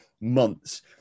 months